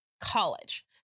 college